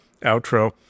outro